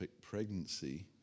pregnancy